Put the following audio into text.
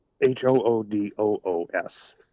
h-o-o-d-o-o-s